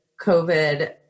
COVID